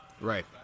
Right